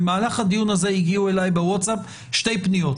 במהלך הדיון הזה הגיעו אלי שתי פניות